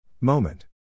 Moment